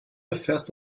erfährst